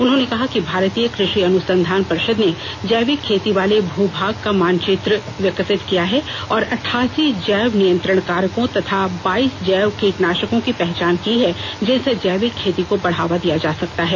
उन्होंने कहा कि भारतीय कृषि अनुसंधान परिषद ने जैविक खेती वाले भू भाग का मानचित्र विकसित किया है और अटठासी जैव नियंत्रण कारको तथा बाईस जैव कीटनाशकों की पहचान की है जिनसे जैविक खेती को बढ़ावा दिया जा सकता है